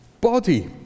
body